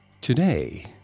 Today